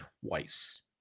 twice